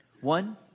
One